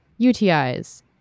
UTIs